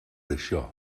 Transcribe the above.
això